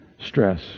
stress